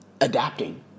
adapting